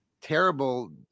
terrible